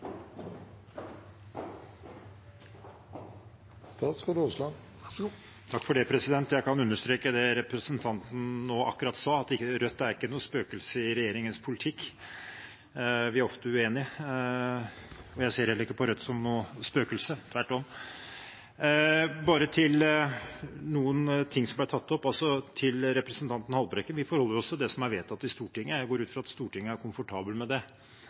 ikke noe spøkelse i regjeringens politikk. Vi er ofte uenige. Jeg ser heller ikke på Rødt som noe spøkelse – tvert om. Jeg vil bare kommentere noen ting som ble tatt opp. Til representanten Haltbrekken: Vi forholder oss til det som er vedtatt i Stortinget, og jeg går ut fra at Stortinget er komfortabel med det